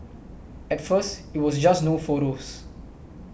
at first it was just no photos